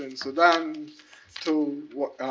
and sudan to what's